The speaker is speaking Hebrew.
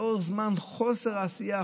לאורך זמן חוסר עשייה,